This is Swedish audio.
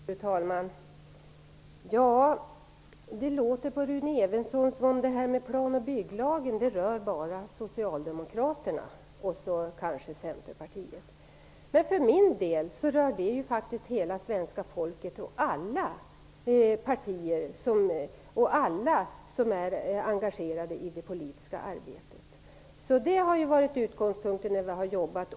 Fru talman! Det låter på Rune Evensson som om plan och bygglagen bara berör Socialdemokraterna och kanske Centerpartiet. Men för min del anser jag att den faktiskt rör hela svenska folket, alla partier och alla som är engagerade i det politiska arbetet. Det har varit utgångspunkten för vårt arbete.